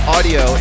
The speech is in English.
Audio